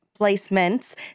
placements